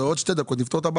נפתור אותה.